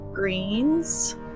greens